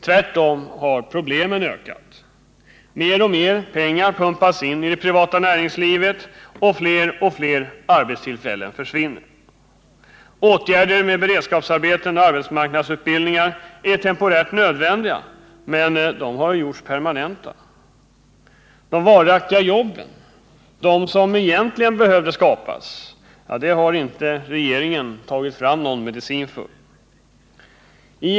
Tvärtom har problemen ökat. Mer och mer pengar pumpas in i det privata näringslivet, och fler och fler arbetstillfällen försvinner. Åtgärder med beredskapsarbeten och arbetsmarknadsutbildningar är temporärt nödvändiga, men de har gjorts permanenta. De varaktiga jobben — de som egentligen behöver skapas — har inte regeringen tagit fram någon medicin för att åstadkomma.